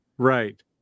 Right